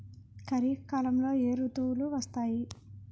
ఖరిఫ్ కాలంలో ఏ ఋతువులు వస్తాయి?